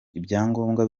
ibyangombwa